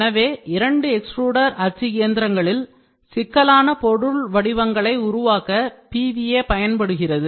எனவே 2 எக்ஸ்ட்ரூடர் அச்சு எந்திரங்களில் சிக்கலான பொருள் வடிவங்களை உருவாக்க PVA பயன்படுகின்றது